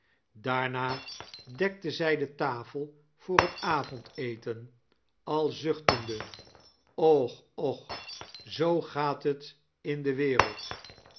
daarna dekte zij de tafel voor het avondeten al zuchtende och och zoo gaat t in de wereld